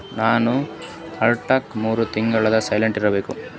ನನ್ನ ಅಕೌಂಟ್ದು ಮೂರು ತಿಂಗಳದು ಸ್ಟೇಟ್ಮೆಂಟ್ ಬೇಕಾಗಿತ್ತು?